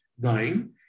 dying